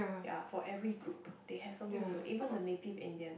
ya for every group they have something to look even the native Indian